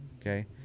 Okay